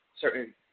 certain